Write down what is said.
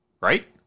right